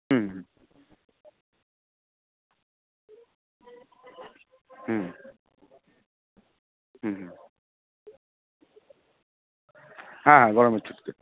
হুম হুম হুম হ্যাঁ গরমের ছুটিতে